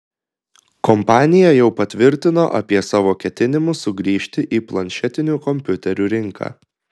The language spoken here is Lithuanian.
kompanija jau patvirtino apie savo ketinimus sugrįžti į planšetinių kompiuterių rinką